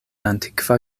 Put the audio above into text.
antikva